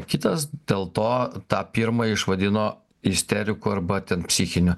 kitas dėl to tą pirmą išvadino isteriku arba ten psichiniu